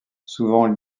souvent